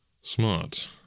Smart